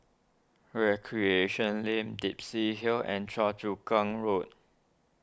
Recreation Lane Dempsey Hill and Choa Chu Kang Road